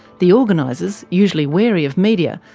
the organisers, usually wary of media,